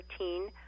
13